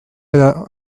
edo